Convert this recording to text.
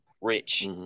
rich